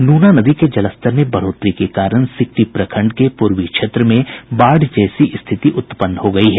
नूना नदी के जलस्तर में बढ़ोतरी के कारण सिकटी प्रखंड के पूर्वी क्षेत्र में बाढ़ जैसी स्थिति उत्पन्न हो गयी है